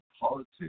politics